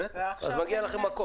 אז מגיעות לכם מכות,